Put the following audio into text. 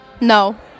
No